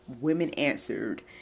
women-answered